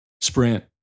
Sprint